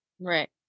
right